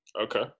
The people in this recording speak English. Okay